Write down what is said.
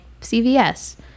CVS